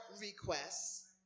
requests